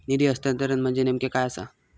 निधी हस्तांतरण म्हणजे नेमक्या काय आसा?